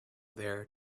there